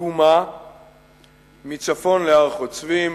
מיקומה מצפון להר-חוצבים,